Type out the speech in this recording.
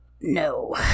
No